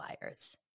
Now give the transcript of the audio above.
liars